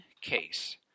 case